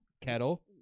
kettle